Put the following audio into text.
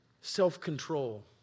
Self-control